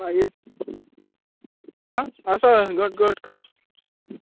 मागीर आं आसा घट घट घट